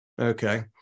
Okay